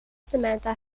samantha